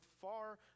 far